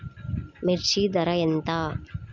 మిర్చి ధర ఎంత?